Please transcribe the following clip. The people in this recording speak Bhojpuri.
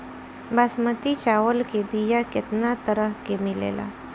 बासमती चावल के बीया केतना तरह के मिलेला?